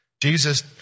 Jesus